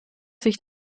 sicht